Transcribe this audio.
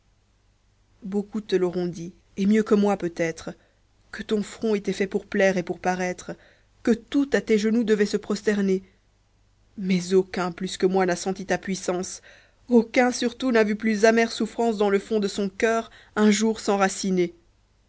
beaucoup te l'auront dit et mieux que moi peut-être que ton front était fait pour plaire et pour paraître que tout à tes genoux devait se prosterner mais aucun plus que moi n'a senti ta puissance aucun surtout n'a vu plus arrière souffrance dans le fond de son coeur un jour s'enraciner